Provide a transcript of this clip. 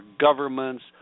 governments